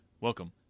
Welcome